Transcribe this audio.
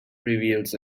reveals